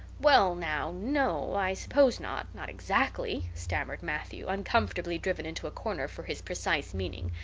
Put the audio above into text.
well, now, no, i suppose not not exactly, stammered matthew, uncomfortably driven into a corner for his precise meaning.